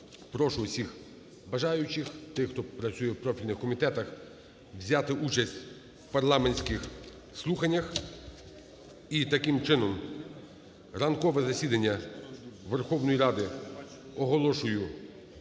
Прошу всіх бажаючих, тих, хто працює у профільних комітетах, взяти участь у парламентських слуханнях. І таким чином ранкове засідання Верховної Ради оголошую